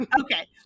Okay